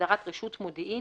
בהגדרה "רשות מודיעין",